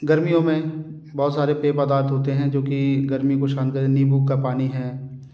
गर्मियों में बहुत सारे पेय पदार्थ होते हैं जो कि गर्मी को शांत करे नींबू का पानी है